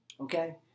Okay